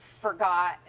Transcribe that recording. forgot